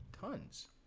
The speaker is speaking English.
Tons